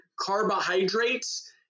carbohydrates